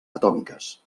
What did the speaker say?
atòmiques